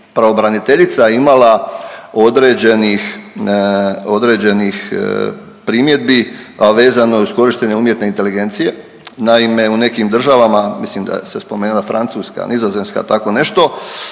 pravobraniteljica imala određenih, određenih primjedbi, a vezano uz korištenje umjetne inteligencije. Naime u nekim državama, mislim da se spomenula Francuska, Nizozemska tako nešto,